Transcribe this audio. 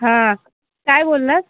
हां काय बोललात